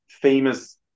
famous